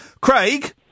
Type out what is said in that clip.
Craig